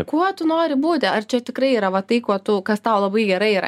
kuo tu nori būti ar čia tikrai yra va tai kuo tu kas tau labai gerai yra